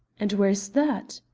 and where is that?